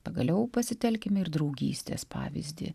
pagaliau pasitelkime ir draugystės pavyzdį